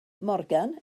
morgan